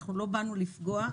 אנחנו לא באו לפגוע,